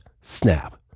snap